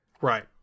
Right